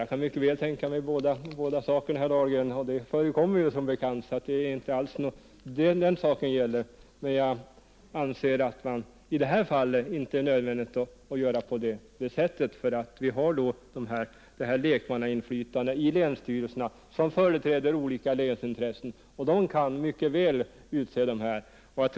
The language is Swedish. Jag kan mycket väl tänka mig båda dessa, herr Dahlgren, och det förekommer ju också som bekant, så det är inte detta frågan gäller. Men jag anser att det i det här fallet inte är nödvändigt att låta landstinget förrätta valet, eftersom vi i länsstyrelserna har ett lekmannainflytande som företräder olika länsintressen. Länsstyrelserna kan alltså mycket väl utse länsvägnämnderna.